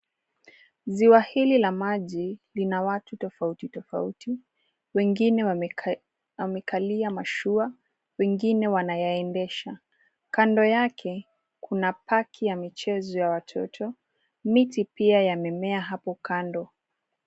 Ziwa hili la maji, lina watu tofauti tofauti. Wengine wamekalia mashua, wengine wanayaendesha. Kando yake, kuna park ya michezo ya watoto. Miti pia yamemea hapo kando.